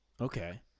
okay